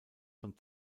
von